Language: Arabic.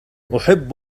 أحب